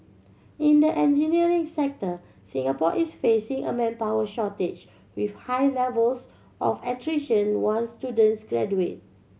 in the engineering sector Singapore is facing a manpower shortage with high levels of attrition once students graduate